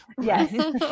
Yes